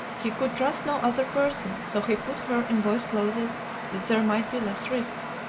he could trust no other person, so he put her in boys' clothes that there might be less risk.